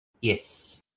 Yes